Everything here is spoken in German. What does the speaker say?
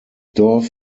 dorf